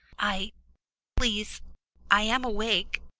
i please i am awake,